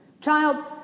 Child